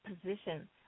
position